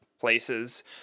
places